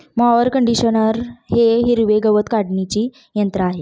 mower conditioner हे हिरवे गवत काढणीचे यंत्र आहे